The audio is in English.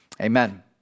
amen